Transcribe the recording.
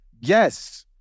Yes